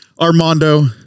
Armando